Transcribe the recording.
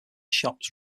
shops